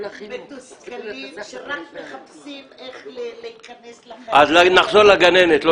מתוסכלים שרק מחפשים איך להיכנס לחיים של הגננת.